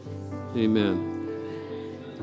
Amen